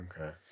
Okay